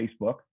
Facebook